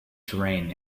terrain